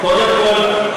קודם כול,